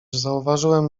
zauważyłem